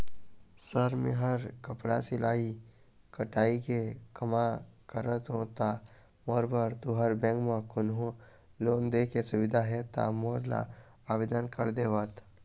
Sir मेहर कपड़ा सिलाई कटाई के कमा करत हों ता मोर बर तुंहर बैंक म कोन्हों लोन दे के सुविधा हे ता मोर ला आवेदन कर देतव?